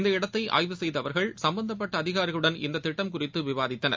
இந்த இடத்தை ஆய்வு செய்த அவர்கள் சம்பந்தப்பட்ட அதிகாரிகளுடன் இந்தத் திட்டம் குறித்து விவாதித்தனர்